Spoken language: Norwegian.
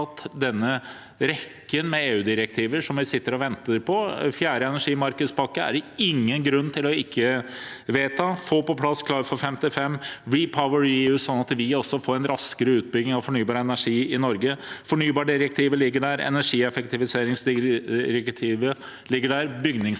den rekken av EU-direktiver som vi sitter og venter på. Fjerde energimarkedspakke er det ingen grunn til ikke å vedta. Få på plass Klar for 55 og REPowerEU, slik at vi også får en raskere utbygging av fornybar energi i Norge. Fornybardirektivet ligger der, energieffektiviseringsdirektivet ligger der, bygningsdirektivet